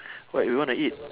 what you wanna eat